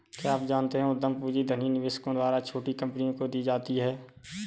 क्या आप जानते है उद्यम पूंजी धनी निवेशकों द्वारा छोटी कंपनियों को दी जाती है?